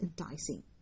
enticing